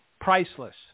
priceless